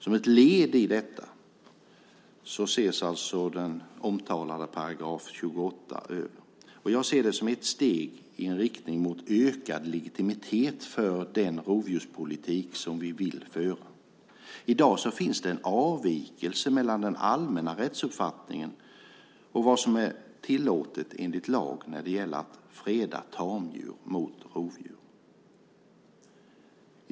Som ett led i detta ses alltså den omtalade 28 § över. Jag ser det som ett steg i riktning mot ökad legitimitet för den rovdjurspolitik som vi vill föra. I dag finns det en avvikelse mellan den allmänna rättsuppfattningen och vad som är tillåtet enligt lag när det gäller att freda tamdjur mot rovdjur.